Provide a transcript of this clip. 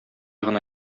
гына